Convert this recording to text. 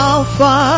Alpha